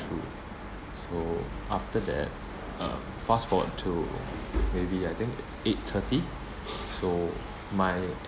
true so after that uh fast forward to maybe I think it's eight thirty so my